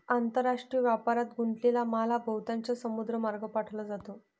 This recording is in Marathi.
आंतरराष्ट्रीय व्यापारात गुंतलेला माल हा बहुतांशी समुद्रमार्गे पाठवला जातो